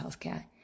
healthcare